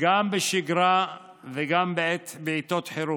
שיחות טלפון למיפוי צורכי אזרחים ותיקים גם בשגרה וגם בעיתות חירום.